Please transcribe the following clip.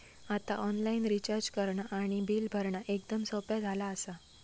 आता online recharge करणा आणि बिल भरणा एकदम सोप्या झाला आसा